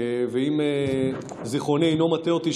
ואם זיכרוני אינו מטעה אותי,